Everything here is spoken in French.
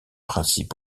principe